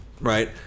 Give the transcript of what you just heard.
Right